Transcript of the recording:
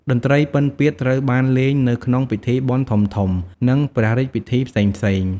តន្ត្រីពិណពាទ្យត្រូវបានលេងនៅក្នុងពិធីបុណ្យធំៗ និងព្រះរាជពិធីផ្សេងៗ។